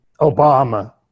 Obama